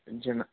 जनाब